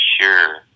sure